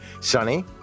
sunny